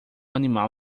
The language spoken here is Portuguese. animal